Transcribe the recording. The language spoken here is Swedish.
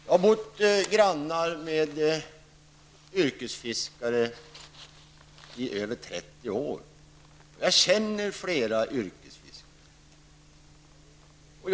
Jag har bott granne med yrkesfiskare i över 30 år, och jag känner flera yrkesfiskare.